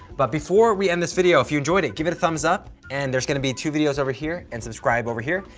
but before we end this video, if you enjoyed it, give it a thumbs up. and there's gonna be two videos over here and subscribe over here.